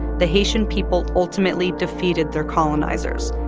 the haitian people ultimately defeated their colonizers.